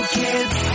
kids